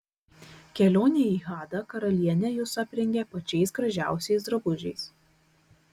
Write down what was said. kelionei į hadą karalienė jus aprengė pačiais gražiausiais drabužiais